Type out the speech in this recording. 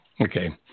Okay